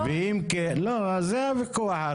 על זה הוויכוח.